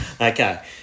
Okay